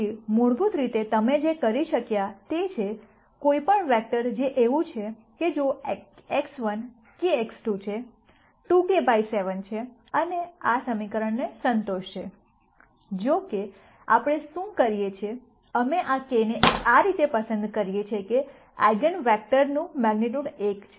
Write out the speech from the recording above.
તેથી મૂળભૂત રીતે તમે જે કરી શક્યા તે છે કોઈપણ વેક્ટર જે એવું છે કે જો X1 kX2 છે 2k બાઈ 7 છે આ સમીકરણને સંતોષશે જો કે આપણે શું કરીએ છીએ અમે આ k ને આ રીતે પસંદ કરીએ છીએ કે આઇગન વેક્ટરની મેગ્નીટ્યૂડ 1 છે